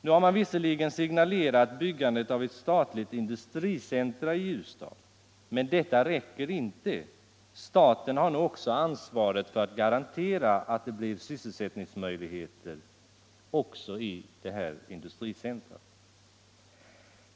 Nu har man visserligen signalerat byggandet av ett statligt industricentrum i Ljusdal. Men detta räcker inte. Staten har också ansvaret för att garantera att det blir sysselsättningsmöjligheter i detta industricentrum.